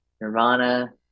Nirvana